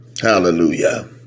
Hallelujah